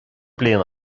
bliain